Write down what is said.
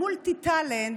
המולטי-טאלנט,